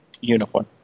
uniform